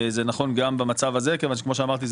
זה נכון גם במצב הזה כיוון שכמו שאמרתי,